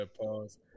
pause